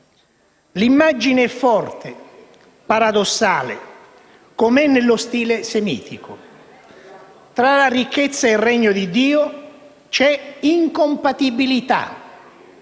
L'immagine è forte, paradossale, com'è nello stile semitico. Tra la ricchezza e il Regno di Dio c'è incompatibilità